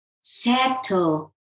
settle